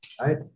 right